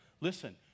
Listen